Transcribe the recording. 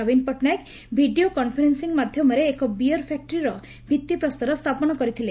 ନବୀନ Patnaik video conferencing ମାଧ୍ଧମରେ ଏକ ବିୟର ଫ୍ୟାକ୍ଟ୍ରିର ଭିଭିପ୍ରସ୍ତର ସ୍ରାପନ କରିଥିଲେ